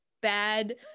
bad